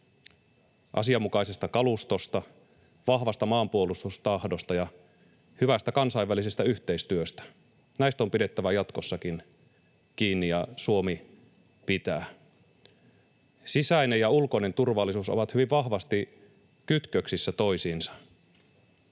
asianmukaisesta kalustosta, vahvasta maanpuolustustahdosta ja hyvästä kansainvälisestä yhteistyöstä. Näistä on pidettävä jatkossakin kiinni, ja Suomi pitää. Sisäinen ja ulkoinen turvallisuus ovat hyvin vahvasti kytköksissä toisiinsa.